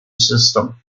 system